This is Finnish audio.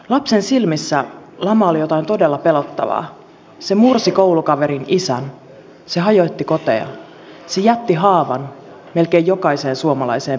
lapsen silmissä lama oli jotain todella pelottavaa se mursi koulukaverin isän se hajotti koteja se jätti haavan melkein jokaiseen suomalaiseen perheeseen